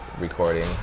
recording